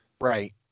Right